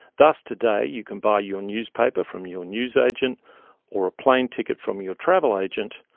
thus, today, you can buy your newspaper from your newsagent or a plane ticket from your travel-agent,